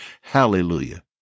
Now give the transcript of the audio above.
Hallelujah